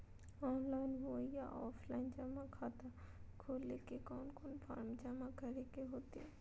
Online बोया offline जमा खाता खोले ले कोन कोन फॉर्म जमा करे होते?